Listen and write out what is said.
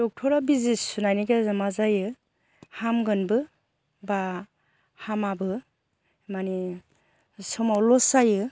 डक्टरा बिजि सुनायनि गेजेरजों मा जायो हामगोनबो बा हामाबो मानि समाव लस जायो